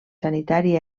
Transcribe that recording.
sanitari